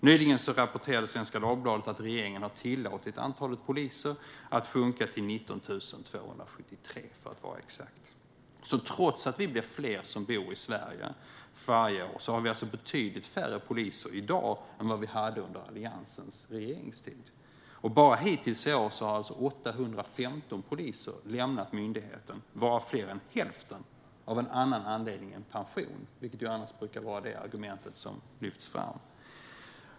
Nyligen rapporterade Svenska Dagbladet att regeringen har tillåtit antalet poliser att sjunka till 19 273, för att vara exakt. Trots att vi blir fler som bor i Sverige för varje år har vi betydligt färre poliser i dag än vad vi hade under Alliansens regeringstid. Bara hittills i år har 815 poliser lämnat myndigheten varav fler än hälften av en annan anledning än pension, vilket annars brukar vara det argument som lyfts fram.